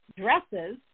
dresses